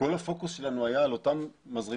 כול הפוקוס שלנו היה על אותם מזרימים